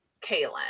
Kaylin